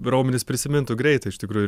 raumenys prisimintų greitai iš tikrųjų